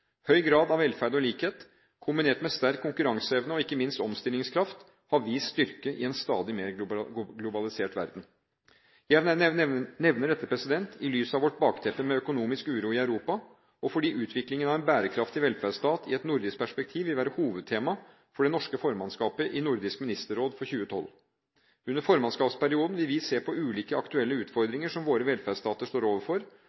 Høy grad av velferd og likhet, kombinert med sterk konkurranseevne og ikke minst omstillingskraft, har vist styrke i en stadig mer globalisert verden. Jeg nevner dette i lys av vårt bakteppe med økonomisk uro i Europa og fordi utviklingen av en bærekraftig velferdsstat i et nordisk perspektiv vil være hovedtema for det norske formannskapet i Nordisk Ministerråd for 2012. Under formannskapsperioden vil vi se på ulike aktuelle utfordringer som våre velferdsstater står overfor,